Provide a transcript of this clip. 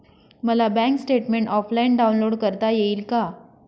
मला bank statement offline download करता येईल का?